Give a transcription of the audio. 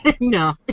No